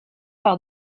par